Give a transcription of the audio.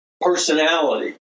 personality